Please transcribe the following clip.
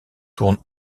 tourne